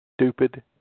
Stupid